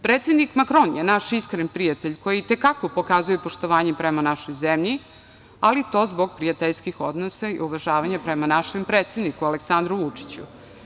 Predsednik Makron je naš iskren prijatelj, koji i te kako pokazuje poštovanje prema našoj zemlji, ali to zbog prijateljskih odnosa i uvažavanja prema našem predsedniku Aleksandru Vučiću.